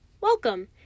welcome